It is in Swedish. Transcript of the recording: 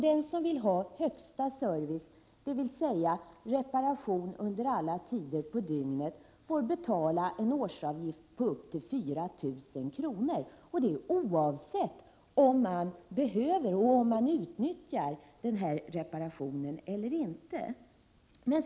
Den som vill ha den bästa servicen, dvs. reparation under alla tider på dygnet, får betala en årsavgift på upp till 4 000 kr., oavsett om han behöver eller utnyttjar reparationen eller inte.